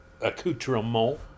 accoutrement